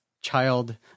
child